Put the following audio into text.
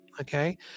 okay